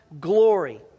glory